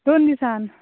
दोन दिसान